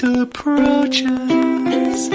approaches